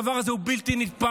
הדבר הזה הוא בלתי נתפס,